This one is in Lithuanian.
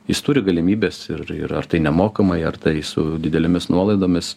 jis turi galimybes ir ir ar tai nemokamai ar tai su didelėmis nuolaidomis